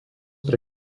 pre